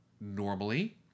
Normally